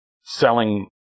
selling